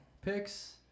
picks